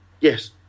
Yes